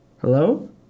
Hello